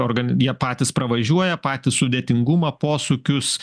organ jie patys pravažiuoja patys sudėtingumą posūkius